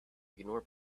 ignore